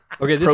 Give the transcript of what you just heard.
Okay